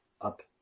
up